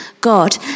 God